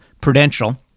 Prudential